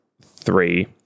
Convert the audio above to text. three